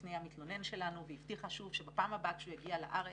בפני המתלונן שלנו ושוב הבטיחה שבפעם הבאה כשהוא יגיע לארץ,